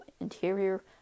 interior